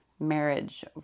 Marriage